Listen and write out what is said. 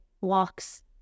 walks